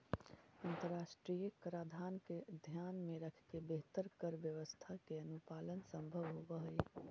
अंतरराष्ट्रीय कराधान के ध्यान में रखके बेहतर कर व्यवस्था के अनुपालन संभव होवऽ हई